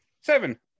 Seven